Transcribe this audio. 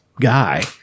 guy